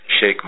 shake